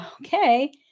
okay